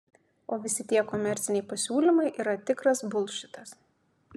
o visi tie komerciniai pasiūlymai yra tikras bulšitas